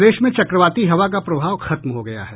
प्रदेश में चक्रवाती हवा का प्रभाव खत्म हो गया है